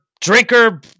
drinker